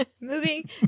Moving